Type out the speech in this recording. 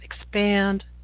expand